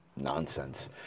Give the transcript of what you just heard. Nonsense